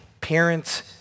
parents